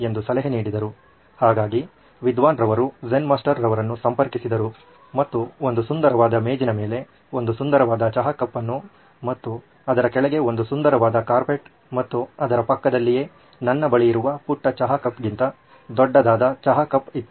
ಎಂದು ಸಲಹೆ ನೀಡಿದರು ಹಾಗಾಗಿ ವಿದ್ವಾನ್ ರವರು ಝೆನ್ ಮಾಸ್ಟರ್ ರವರನ್ನು ಸಂಪರ್ಕಿಸಿದರು ಮತ್ತು ಒಂದು ಸುಂದರವಾದ ಮೇಜಿನ ಮೇಲೆ ಒಂದು ಸುಂದರವಾದ ಚಹಾ ಕಪ್ ಮತ್ತು ಅದರ ಕೆಳಗೆ ಒಂದು ಸುಂದರವಾದ ಕಾರ್ಪೆಟ್ ಮತ್ತು ಅದರ ಪಕ್ಕದಲ್ಲಿಯೇ ನನ್ನ ಬಳಿ ಇರುವ ಪುಟ್ಟ ಚಹಾ ಕಪ್ ಗಿಂತ ದೊಡ್ಡದಾದ ಚಹಾ ಕಪ್ ಇತ್ತು